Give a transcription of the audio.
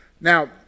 Now